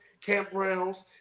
campgrounds